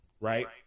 right